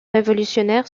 révolutionnaires